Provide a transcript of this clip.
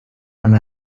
went